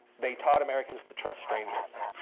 they taught americans to trust strangers.